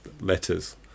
letters